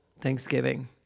Thanksgiving